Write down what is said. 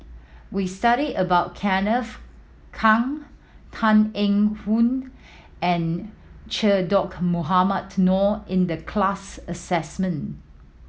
we studied about Kenneth Keng Tan Eng Hoon and Che Dah Mohamed Noor in the class assignment